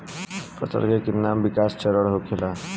फसल के कितना विकास चरण होखेला?